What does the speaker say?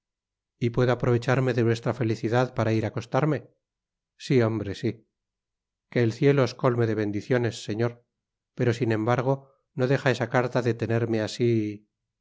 y puedo aprovecharme de vuestra felicidad para ir á acostarme si hombre si que el cielo os colme de bendiciones señor pero sin embargo no deja esa carta de tenerme